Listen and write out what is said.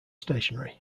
stationary